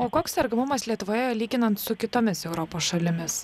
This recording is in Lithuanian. o koks sergamumas lietuvoje lyginant su kitomis europos šalimis